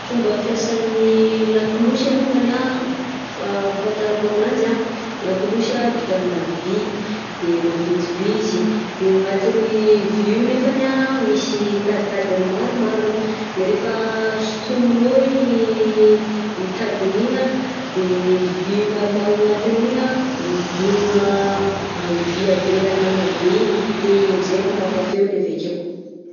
Fomba fiasan'ny lakolosy alongany anh fa- fahanfatarako ananjy anh, lakolosy anh vita aminà vy de maventy bi izy de ny agnatin'ny vy io nefany anh misy taditadiny maromaro de rehefa sintominao i tadiny igny anh de ibvy maromaro agnatiny igny anh midogna am'vy avelan'ny agnona be igny de iny am'zainy mamoaka feony avy akeo.